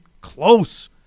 close